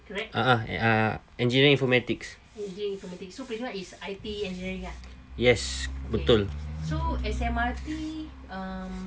a'ah uh engineering informatics yes betul